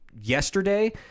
yesterday